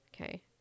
okay